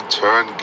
turn